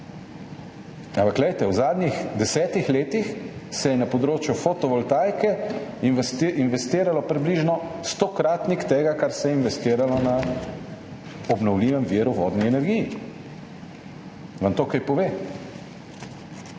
v zadnjih 10 letih se je na področju fotovoltaike investiral približno stokratnik tega, kar se je investiralo v obnovljivi vir, v vodno energijo. Vam to kaj pove?